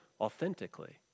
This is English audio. authentically